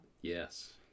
Yes